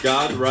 God